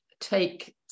take